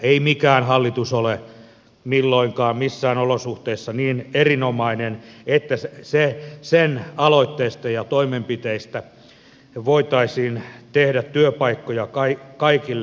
ei mikään hallitus ole milloinkaan missään olosuhteissa niin erinomainen että sen aloitteista ja toimenpiteistä voitaisiin tehdä työpaikkoja kaikille